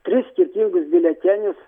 tris skirtingus biuletenius